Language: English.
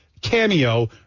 cameo